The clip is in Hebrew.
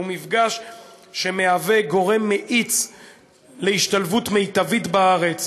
זהו מפגש שמהווה גורם מאיץ להשתלבות מיטבית בארץ,